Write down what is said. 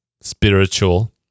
spiritual